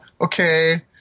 okay